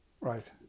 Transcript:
Right